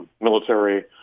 military